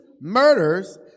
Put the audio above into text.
Murders